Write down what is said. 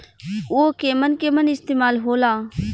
उव केमन केमन इस्तेमाल हो ला?